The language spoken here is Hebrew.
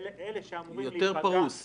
יותר פרוס.